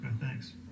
thanks